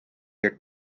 your